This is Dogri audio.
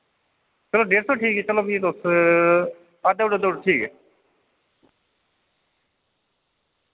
चलो डेढ़ सौ ठीक ऐ चलो फ्ही तुस हां देऊड़ो देऊड़ो ठीक ऐ